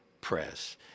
Press